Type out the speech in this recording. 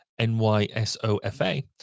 NYSOFA